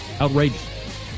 Outrageous